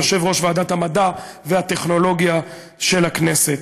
יושב-ראש ועדת המדע והטכנולוגיה של הכנסת,